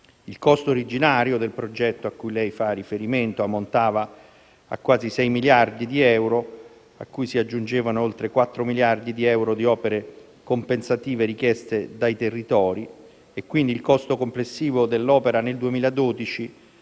Il costo originario del progetto a cui lei fa riferimento ammontava a quasi 6 miliardi di euro, a cui se ne aggiungevano oltre 4 di opere compensative richieste dai territori. Il costo complessivo dell'opera nel 2012